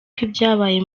kw’ibyabaye